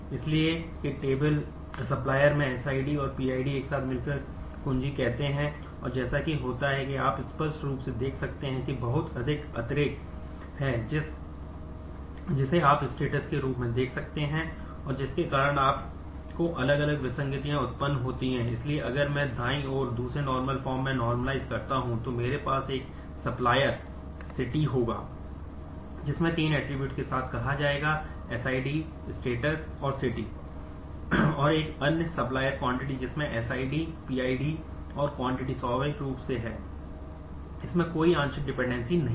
इसलिए कि टेबल नहीं है